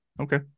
Okay